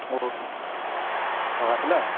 okay राखेँ ल